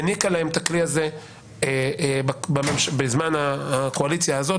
העניקה להם את הכלי הזה בזמן הקואליציה הזאת,